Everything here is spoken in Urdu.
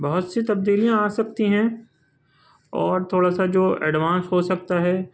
بہت سی تبدیلیاں آ سکتی ہیں اور تھوڑا سا جو ایڈوانس ہو سکتا ہے